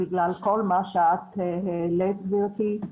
בגלל כל מה שאת העלית גבירתי,